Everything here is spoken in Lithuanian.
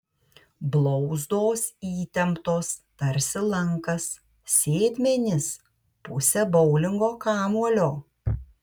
blauzdos įtemptos tarsi lankas sėdmenys pusė boulingo kamuolio